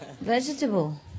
vegetable